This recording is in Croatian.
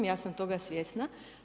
Ja sam toga svjesna.